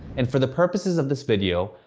and for the purposes of this video,